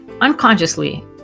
unconsciously